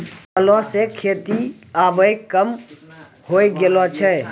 हलो सें खेती आबे कम होय गेलो छै